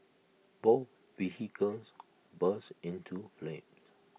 both vehicles burst into flames